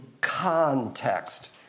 Context